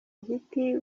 igiti